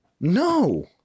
No